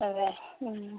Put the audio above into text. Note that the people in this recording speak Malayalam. അതെ